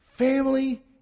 family